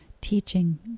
teaching